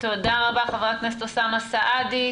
תודה רבה, חבר הכנסת אוסאמה סעדי.